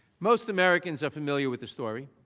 most americans are familiar with the story.